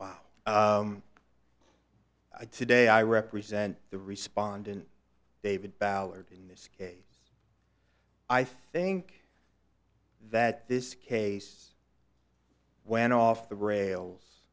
wow i today i represent the respondent david ballard in this case i think that this case went off the rails